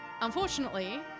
unfortunately